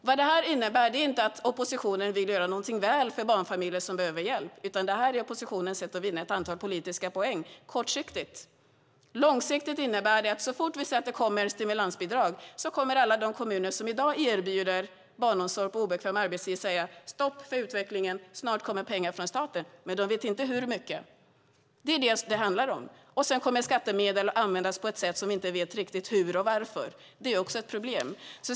Vad detta innebär är inte att oppositionen vill göra någonting väl för barnfamiljer som behöver hjälp, utan detta är oppositionens sätt att vinna ett antal politiska poäng kortsiktigt. Långsiktigt innebär det att så fort vi ser att det kommer stimulansbidrag kommer alla de kommuner som i dag erbjuder barnomsorg på obekväm arbetstid att säga: Stopp för utvecklingen - snart kommer pengar från staten! Men de vet inte hur mycket. Det är det som det handlar om. Sedan kommer skattemedel att användas på så sätt att vi inte riktigt vet hur och varför. Det är också ett problem.